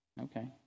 Okay